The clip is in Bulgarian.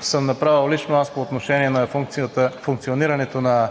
съм направил лично аз по отношение на функционирането на